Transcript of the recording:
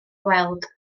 weld